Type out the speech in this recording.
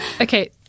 Okay